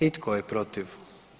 I tko je protiv?